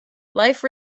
life